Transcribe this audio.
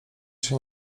się